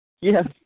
Yes